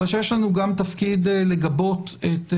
אבל יש לנו גם תפקיד לגבות את הממשלה,